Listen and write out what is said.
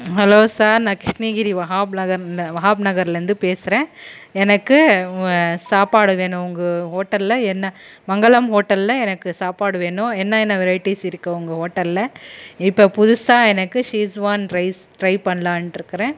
hello sir நான் கிருஷ்ணகிரி வஹாப் நகர்னு வஹாப் நகர்லருந்து பேசுகிறேன் எனக்கு சாப்பாடு வேணும் உங்கள் ஹோட்டல்ல என்ன மங்கலம் ஹோட்டல்ல எனக்கு சாப்பாடு வேணும் என்னென்ன வெரைட்டிஸ் இருக்குது உங்கள் ஹோட்டல்ல இப்போ புதுசாக எனக்கு ஷிஷ்வான் ரைஸ் ட்ரை பண்ணலாம்னுருக்கறேன்